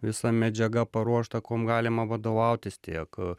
visa medžiaga paruošta kuom galima vadovautis tiek